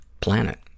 planet